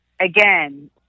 again